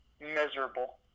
miserable